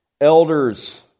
elders